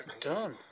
done